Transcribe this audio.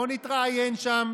לא נתראיין שם.